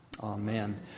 Amen